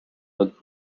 not